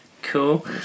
cool